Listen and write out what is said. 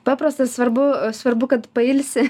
paprastas svarbu svarbu kad pailsi